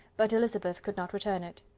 but elizabeth could not return it.